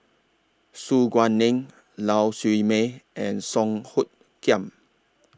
Su Guaning Lau Siew Mei and Song Hoot Kiam